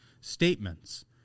statements